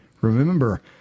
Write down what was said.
Remember